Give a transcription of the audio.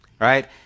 Right